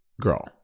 Girl